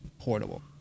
portable